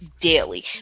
daily